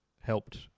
helped